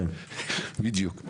בדיוק.